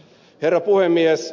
herra puhemies